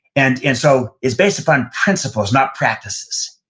and and so, it's based upon principles, not practices.